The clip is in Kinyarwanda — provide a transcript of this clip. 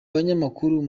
banyamakuru